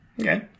Okay